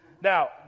Now